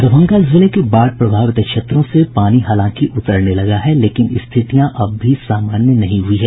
दरभंगा जिले के बाढ़ प्रभावित क्षेत्रों से पानी हालांकि उतरने लगा है लेकिन स्थितियां अब भी सामान्य नहीं हुई है